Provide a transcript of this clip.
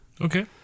Okay